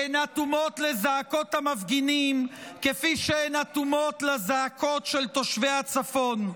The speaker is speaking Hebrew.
הן אטומות לזעקות המפגינים כפי שהן אטומות לזעקות של תושבי הצפון,